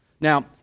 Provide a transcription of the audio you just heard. Now